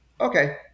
Okay